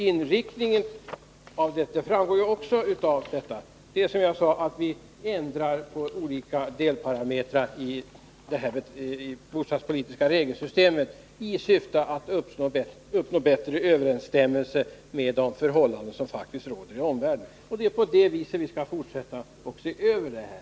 Inriktningen framgår ju också av dessa båda handlingar, nämligen att vi ändrar olika delar i det bostadspolitiska regelsystemet i syfte att uppnå bättre överensstämmelse med de förhållanden som faktiskt råder i omvärlden. Och det är på det viset vi skall fortsätta att se över det hela.